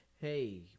Hey